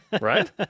Right